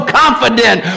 confident